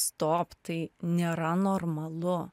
stop tai nėra normalu